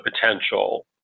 potential